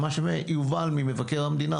מה שיובל ממבקר המדינה,